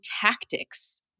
tactics